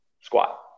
squat